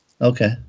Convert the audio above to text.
Okay